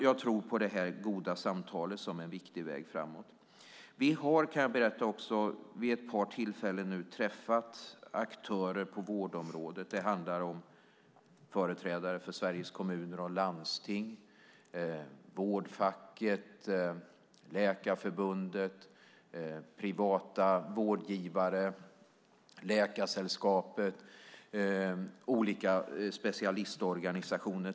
Jag tror på det goda samtalet som en viktig väg framåt. Jag kan också berätta att vi vid ett par tillfällen har träffat aktörer på vårdområdet. Det handlar om företrädare för Sveriges Kommuner och Landsting, Vårdfacket, Läkarförbundet, privata vårdgivare, Läkaresällskapet och olika specialistorganisationer.